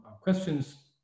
questions